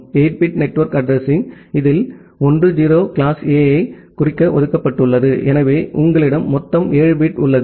8 bit network addressing இதில் 1 0 class A ஐ குறிக்க ஒதுக்கப்பட்டுள்ளது எனவே உங்களிடம் மொத்தம் 7 பிட் உள்ளது